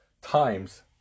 times